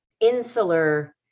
insular